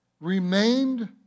remained